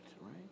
right